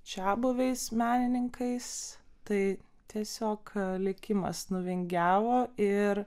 čiabuviais menininkais tai tiesiog likimas nuvingiavo ir